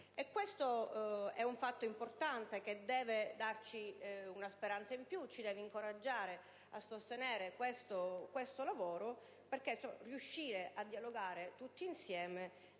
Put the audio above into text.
Questo è un fatto importante, che deve darci una speranza in più, ci deve incoraggiare a sostenere questo lavoro, perché riuscire a dialogare tutti insieme